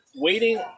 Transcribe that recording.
Waiting